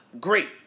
great